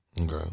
Okay